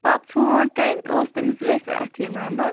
پَتہٕ ژھونٛڈ تٔمۍ اوس تٔمس ویٚسہِ اَتھہِ یہِ نمبر